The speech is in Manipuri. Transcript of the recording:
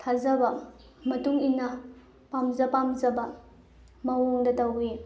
ꯊꯥꯖꯕ ꯃꯇꯨꯡ ꯏꯟꯅ ꯄꯥꯝꯖ ꯄꯥꯝꯖꯕ ꯃꯑꯣꯡꯗ ꯇꯧꯏ